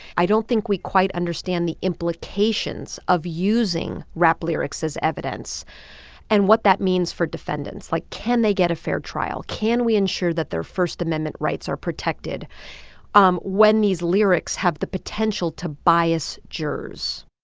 i don't think we quite understand the implications of using rap lyrics as evidence and what that means for defendants. like, can they get a fair trial? can we ensure that their first amendment rights are protected um when these lyrics have the potential to bias jurors?